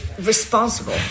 responsible